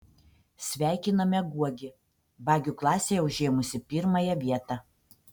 sveikiname guogį bagių klasėje užėmusį pirmąją vietą